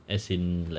as in like